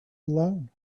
alone